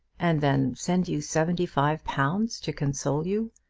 and then send you seventy-five pounds to console you?